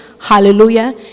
Hallelujah